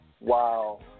wow